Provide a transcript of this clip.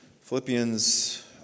Philippians